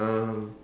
um